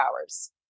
hours